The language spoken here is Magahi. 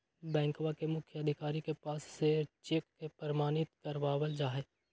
बैंकवा के मुख्य अधिकारी के पास से चेक के प्रमाणित करवावल जाहई